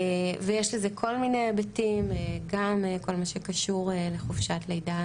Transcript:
ויש לזה כל מיני היבטים גם כל מה שקשור לחופשת לידה